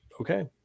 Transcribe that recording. Okay